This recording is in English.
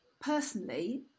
personally